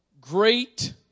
Great